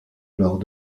lors